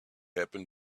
happen